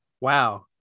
wow